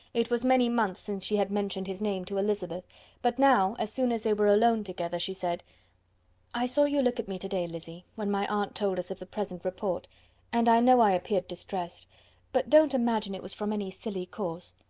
it was many months since she had mentioned his name to elizabeth but now, as soon as they were alone together, she said i saw you look at me to-day, lizzy, when my aunt told us of the present report and i know i appeared distressed but don't imagine it was from any silly cause.